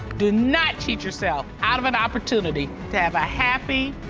do not cheat yourself out of an opportunity to have a happy,